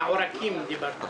מהעורקים דיברת.